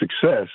success